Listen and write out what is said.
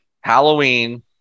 halloween